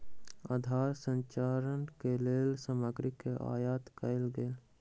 आधार संरचना के लेल सामग्री के आयत कयल गेल